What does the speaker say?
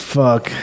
fuck